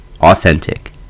authentic